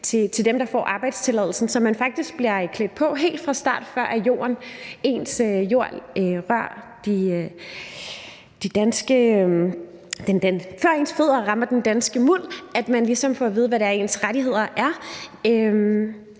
til dem, der får arbejdstilladelsen, så man faktisk bliver klædt på helt fra start, før ens fødder rammer den danske muld, så man ligesom får at vide, hvad ens rettigheder er.